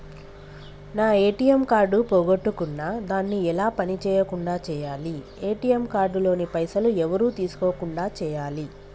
నా ATM card పోగొట్టుకున్నా దాన్ని ఎలా పని చేయకుండా చేయాలి ఏ.టి.ఎమ్ కార్డు లోని పైసలు ఎవరు తీసుకోకుండా చేయాలి?